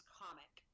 comic